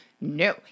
No